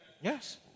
Yes